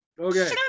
Okay